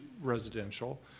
residential